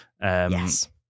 Yes